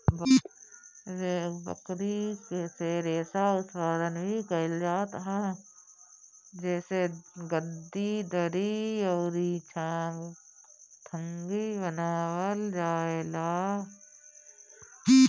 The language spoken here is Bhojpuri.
बकरी से रेशा उत्पादन भी कइल जात ह जेसे गद्दी, दरी अउरी चांगथंगी बनावल जाएला